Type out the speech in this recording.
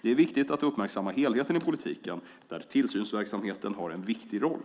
Det är viktigt att uppmärksamma helheten i politiken där tillsynsverksamheten har en viktig roll.